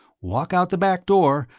walk out the back door,